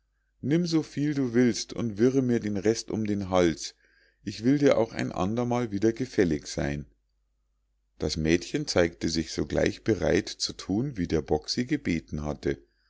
nimm so viel du willst und wirre mir den rest um den hals ich will dir auch ein andermal wieder gefällig sein das mädchen zeigte sich sogleich bereit zu thun wie der bock sie gebeten hatte